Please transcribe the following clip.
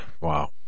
Wow